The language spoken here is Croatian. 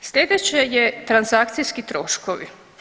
Sljedeće je transakcijski troškovi.